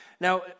Now